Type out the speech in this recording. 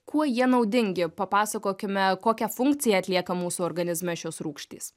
kuo jie naudingi papasakokime kokią funkciją atlieka mūsų organizme šios rūgštys